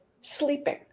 Sleeping